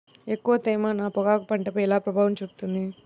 ఎక్కువ తేమ నా పొగాకు పంటపై ఎలా ప్రభావం చూపుతుంది?